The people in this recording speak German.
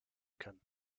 will